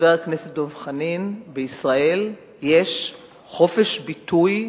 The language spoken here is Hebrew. בישראל יש חופש ביטוי,